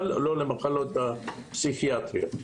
אבל לא למחלות הפסיכיאטריות.